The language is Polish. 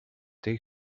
tej